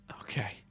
Okay